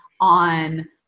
on